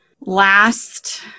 last